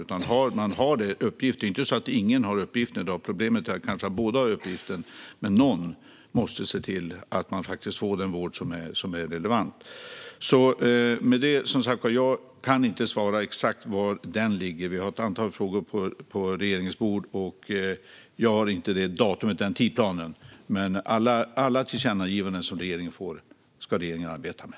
Det är ju inte så att ingen har uppgiften, utan problemet är kanske att båda har uppgiften. Men någon måste se till att denna grupp faktiskt får den vård som är relevant. Jag kan inte svara på var denna fråga exakt ligger. Vi har ett antal frågor på regeringens bord, och jag har inte just den tidsplanen. Men alla tillkännagivanden som regeringen får ska regeringen arbeta med.